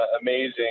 amazing